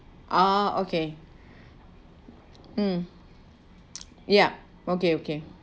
oh okay mm yup okay okay